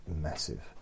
massive